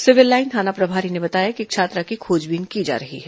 civil line थाना प्रभारी ने बताया कि छात्रा की खोजबीन की जा रही है